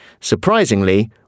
Surprisingly